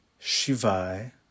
Shivai